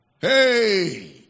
Hey